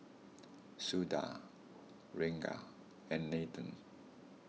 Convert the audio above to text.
Suda Ranga and Nathan